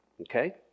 Okay